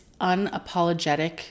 unapologetic